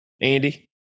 Andy